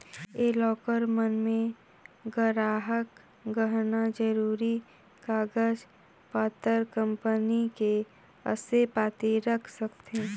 ये लॉकर मन मे गराहक गहना, जरूरी कागज पतर, कंपनी के असे पाती रख सकथें